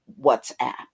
WhatsApp